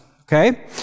okay